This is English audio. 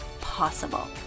possible